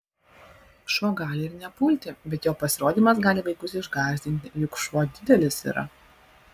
šuo gali ir nepulti bet jo pasirodymas gali vaikus išgąsdinti juk šuo didelis yra